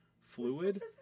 fluid